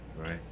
right